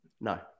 no